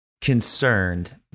concerned